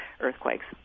earthquakes